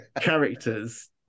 characters